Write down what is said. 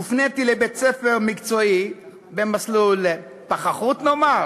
הופניתי לבית-ספר מקצועי, במסלול פחחות, נאמר,